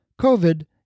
COVID